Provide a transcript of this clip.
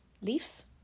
leaves